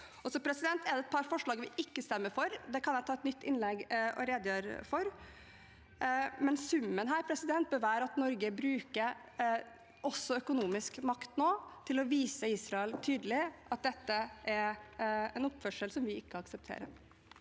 områder. Det er et par forslag vi ikke stemmer for. Det kan jeg ta et nytt innlegg og redegjøre for. Summen her bør være at Norge bruker også økonomisk makt nå til å vise Israel tydelig at dette er en oppførsel vi ikke aksepterer.